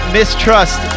Mistrust